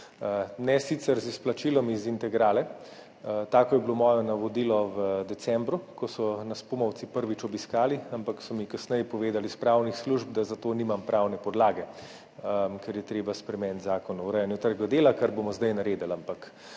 Ne sicer z izplačilom iz integrale, tako je bilo moje navodilo v decembru, ko so nas Pumovci prvič obiskali, ampak so mi kasneje pravne službe povedale, da za to nimam pravne podlage, ker je treba spremeniti Zakon o urejanju trga dela, kar bomo zdaj naredili, ampak